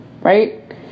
Right